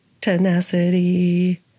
tenacity